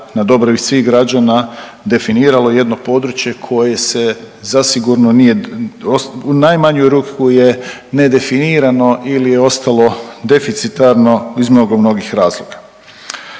na dobrobit svih građana definiralo jedno područje koje se zasigurno nije u najmanju ruku je nedefinirano ili je ostalo deficitarno iz mnogo mnogih razloga.